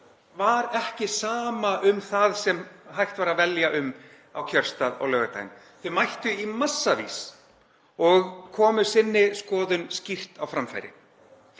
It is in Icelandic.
var ekki sama um það sem hægt var að velja um á kjörstað á laugardaginn. Þau mættu í massavís og komu sinni skoðun skýrt á framfæri.